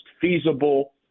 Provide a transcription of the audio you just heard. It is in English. feasible